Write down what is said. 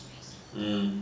hmm